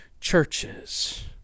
churches